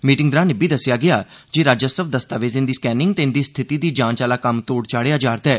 meeting दौरान इब्बी दस्सेआ गेआ जे राजस्व दस्तावेजें दी स्कैनिंग ते इंदी स्थिति दी जांच आहला कम्म तोढ़ चाढ़ेआ जा'रदा ऐ